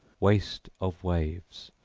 waste of waves,